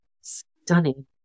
stunning